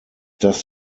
das